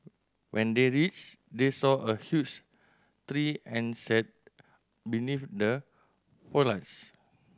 when they reached they saw a huge tree and sat beneath the foliage